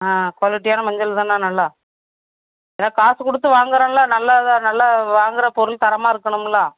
ஆ குவாலிட்டியான மஞ்சள் தானே நல்லா ஏ காசு கொடுத்து வாங்குகிறேன்ல இதை நல்ல வாங்குகிற பொருள் தரமாக இருக்கணும்ல